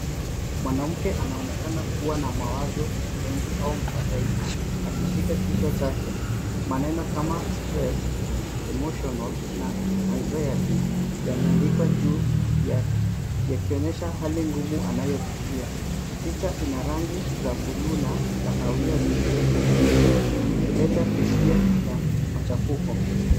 Mwanamke anaonekana kuwa na mawazo mengi au mfadhaiko akishika kichwa chake. Maneno kama stress, emotional na anxiety yameandikwa juu yake yakionyesha hali ngumu anayopitia. Oicha ina rangi za buluu na kahawia zilizochanganyika zikileta hisia ya machafuko.